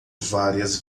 várias